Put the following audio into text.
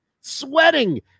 sweating